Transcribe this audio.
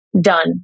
done